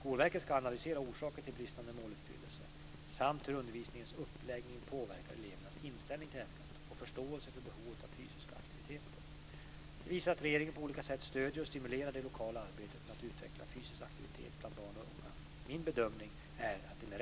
Skolverket ska analysera orsaker till bristande måluppfyllelse samt hur undervisningens uppläggning påverkar elevernas inställning till ämnet och förståelse för behovet av fysiska aktiviteter. Detta visar att regeringen på olika sätt stöder och stimulerar det lokala arbetet med att utveckla fysisk aktivitet bland barn och unga. Min bedömning är att det är